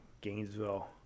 Gainesville